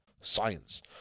science